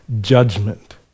judgment